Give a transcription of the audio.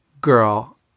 girl